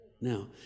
Now